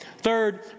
Third